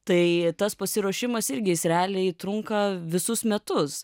tai tas pasiruošimas irgi jis realiai trunka visus metus